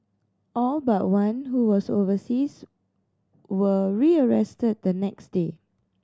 all but one who was overseas were rearrested the next day